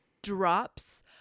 drops